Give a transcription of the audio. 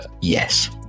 Yes